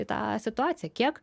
į tą situaciją kiek